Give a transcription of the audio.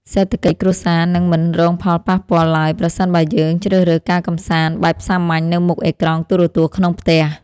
សេដ្ឋកិច្ចគ្រួសារនឹងមិនរងផលប៉ះពាល់ឡើយប្រសិនបើយើងជ្រើសរើសការកម្សាន្តបែបសាមញ្ញនៅមុខអេក្រង់ទូរទស្សន៍ក្នុងផ្ទះ។